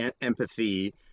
empathy